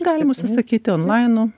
galima užsisakyti onlainu